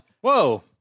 Whoa